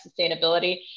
sustainability